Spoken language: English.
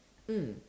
mm